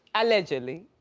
allegedly.